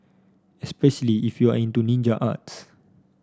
especially if you are into ninja arts